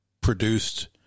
produced